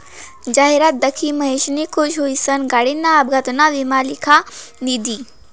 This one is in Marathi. जाहिरात दखी महेशनी खुश हुईसन गाडीना अपघातना ईमा करी लिधा